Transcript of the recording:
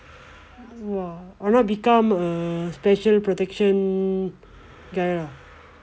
!wah! or not become a special protection guy lah